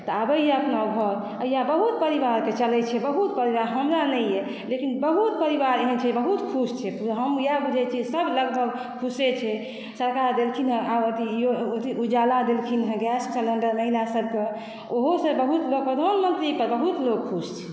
तऽ आबैया अपना घर या बहुत परिवारके चलै छै बहुत परिवार हमरा नहि यऽ लेकिन बहुत परिवार एहन छै बहुत खुश छै हम इएह बुझै छियै सब लगभग खुशे छै सरकार देलखिन हँ आब अथी उजाला देलखिन हँ गैस सिलिंडर महिला सब कऽ ओहोसँ बहुत प्रधानमंत्रीसँ बहुत लोक खुश छै